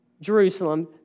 Jerusalem